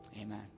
Amen